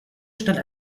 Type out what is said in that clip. stand